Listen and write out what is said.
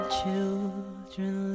children